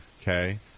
Okay